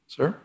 Sir